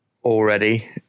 Already